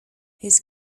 his